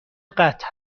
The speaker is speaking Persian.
قطع